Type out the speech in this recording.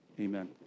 amen